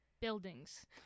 Buildings